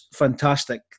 fantastic